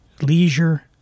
leisure